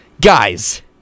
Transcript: guys